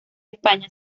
españa